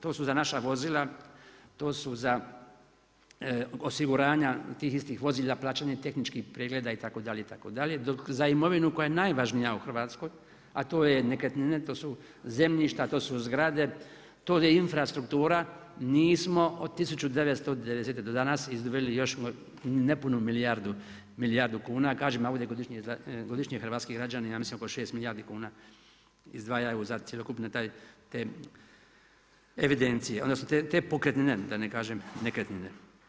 To su današnja vozila, to su za osiguranja tih istih vozila, plaćanje tehničkih pregleda itd., itd., dok za imovinu koja je najvažnija u Hrvatskoj a to je nekretnine, to su zemljišta, to su zgrade, to je infrastruktura, nismo od 1990. do danas izdvojili još nepunu milijardu kuna, a kažem a ovdje godišnje hrvatski građani ja mislim oko 6 milijardi kuna izdvajaju za cjelokupni taj, te evidencije, odnosno te pokretnine, da ne kažem nekretnine.